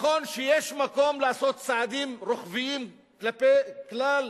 נכון שיש מקום לעשות צעדים רוחביים כלפי כלל